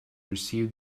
receive